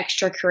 extracurricular